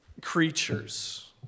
creatures